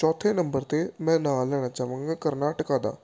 ਚੌਥੇ ਨੰਬਰ 'ਤੇ ਮੈਂ ਨਾਂ ਲੈਣਾ ਚਾਹਾਂਗਾ ਕਰਨਾਟਕਾ ਦਾ